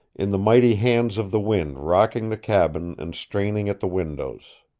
in the mighty hands of the wind rocking the cabin and straining at the windows.